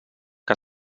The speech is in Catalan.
que